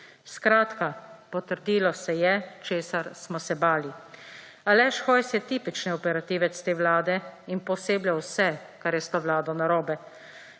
Skratka, potrdilo se je, česar smo se bali. Aleš Hojs je tipični operativec te vlade in pooseblja vse, kar je s to vlado narobe.